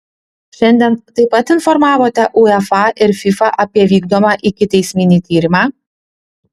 šiandien taip pat informavote uefa ir fifa apie vykdomą ikiteisminį tyrimą